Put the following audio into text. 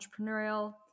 entrepreneurial